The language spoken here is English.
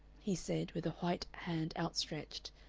he said, with a white hand outstretched,